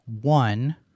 one